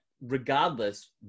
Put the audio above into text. regardless